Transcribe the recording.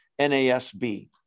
NASB